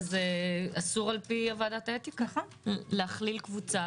וזה אסור על פי ועדת האתיקה להכליל קבוצה